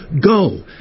go